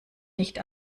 nicht